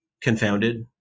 confounded